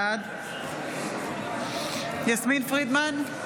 בעד יסמין פרידמן,